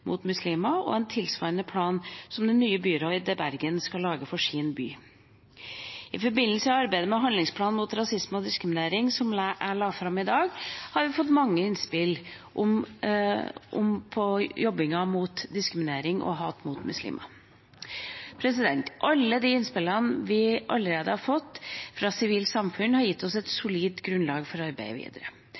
mot muslimer og en tilsvarende plan som det nye byrådet i Bergen skal lage for sin by. I forbindelse med arbeidet med handlingsplanen mot rasisme og diskriminering, som jeg la fram i dag, har vi fått mange innspill om hvordan jobbe mot diskriminering og hat mot muslimer. Alle de innspillene vi allerede har fått fra sivilsamfunnet, har gitt oss et solid grunnlag for arbeidet videre,